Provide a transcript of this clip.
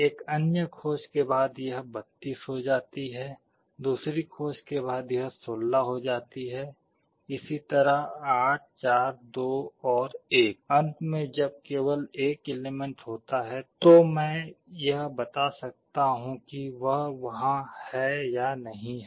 एक अन्य खोज के बाद यह 32 हो जाती है दूसरी खोज के बाद यह 16 हो जाती है इस तरह 8 4 2 और 1 अंत में जब केवल 1 एलेमेन्ट होता है तो मैं यह बता सकता हूं कि वह वहां है या नहीं है